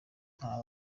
nta